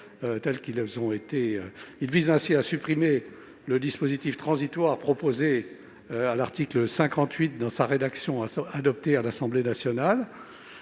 vise ainsi à supprimer le dispositif transitoire prévu à l'article 58 dans sa rédaction adoptée à l'Assemblée nationale.